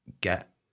get